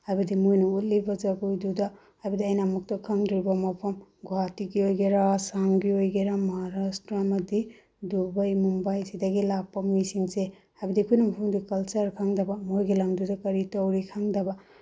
ꯍꯥꯏꯕꯗꯤ ꯃꯣꯏꯅ ꯎꯠꯂꯤꯕ ꯖꯒꯣꯏꯗꯨꯗ ꯍꯥꯏꯕꯗꯤ ꯑꯩꯅ ꯑꯃꯨꯛꯇ ꯈꯪꯗ꯭ꯔꯤꯕ ꯃꯐꯝ ꯒꯨꯍꯥꯇꯤꯒꯤ ꯑꯣꯏꯒꯦꯔꯥ ꯑꯁꯥꯝꯒꯤ ꯑꯣꯏꯒꯦꯔꯥ ꯃꯍꯥꯔꯥꯁꯇ꯭ꯔ ꯑꯃꯗꯤ ꯗꯨꯕꯩ ꯃꯨꯝꯕꯥꯏ ꯁꯤꯗꯒꯤ ꯂꯥꯛꯄ ꯃꯤꯁꯤꯡꯁꯦ ꯍꯥꯏꯕꯗꯤ ꯑꯩꯈꯣꯏꯅ ꯃꯐꯝꯗꯨꯒꯤ ꯀꯜꯆꯔ ꯈꯪꯗꯕ ꯃꯣꯏꯒꯤ ꯂꯝꯗꯨꯗ ꯀꯔꯤ ꯇꯧꯔꯤ ꯈꯪꯗꯕ